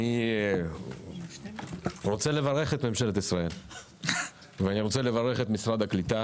אני רוצה לברך את ממשלת ישראל ואת משרד הקליטה